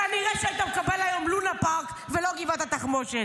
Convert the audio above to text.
כנראה שהיית מקבל היום לונה פארק ולא גבעת התחמושת.